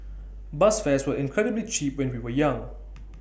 bus fares were incredibly cheap when we were young